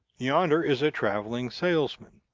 yonder is a traveling salesman.